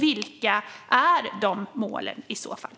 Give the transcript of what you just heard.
Vilka är de målen i så fall?